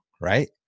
right